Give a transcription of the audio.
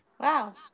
Wow